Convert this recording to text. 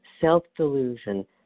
self-delusion